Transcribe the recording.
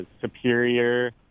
Superior